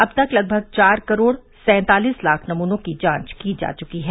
अब तक लगभग चार करोड़ सेंतालीस लाख नमूनों की जांच की जा चुकी है